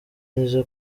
nizo